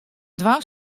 dwaan